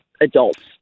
adults